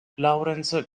laurens